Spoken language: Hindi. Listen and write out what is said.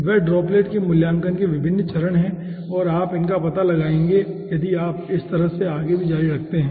वे ड्रॉपलेट के मूल्यांकन के विभिन्न चरण हैं और आप इनका पता लगाएंगे यदि आप इस तरफ आगे भी जारी रखते हैं